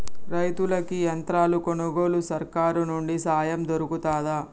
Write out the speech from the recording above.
రైతులకి యంత్రాలు కొనుగోలుకు సర్కారు నుండి సాయం దొరుకుతదా?